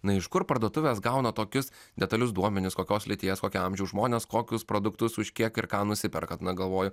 na iš kur parduotuvės gauna tokius detalius duomenis kokios lyties kokio amžiaus žmonės kokius produktus už kiek ir ką nusiperkat na galvoju